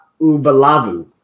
Ubalavu